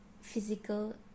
physical